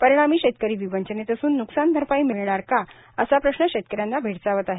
परिणामी शेतकरी विवंचनेत असून न्कसान भरपाई मिळणार का असा प्रश्न शेतकऱ्यांना भेडसावत आहे